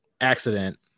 accident